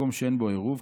במקום שאין בו עירוב,